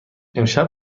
امشب